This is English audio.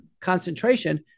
concentration